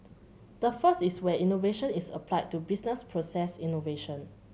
the first is where innovation is applied to business process innovation